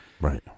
Right